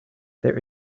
there